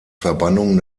verbannung